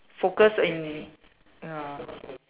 focus in ya